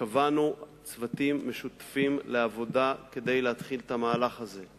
וקבענו צוותים משותפים לעבודה כדי להתחיל את המהלך הזה.